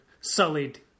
sullied